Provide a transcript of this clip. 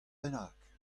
bennak